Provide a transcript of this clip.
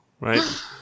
right